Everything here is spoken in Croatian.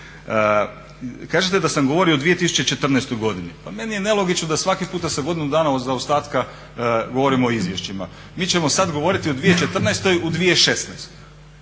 Kažete da sam govorio o 2014. godini, pa meni je nelogično da svaki puta sa godinu dana zaostatka govorimo o izvješćima. Mi ćemo sad govorio o 2014. u 2016.